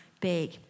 big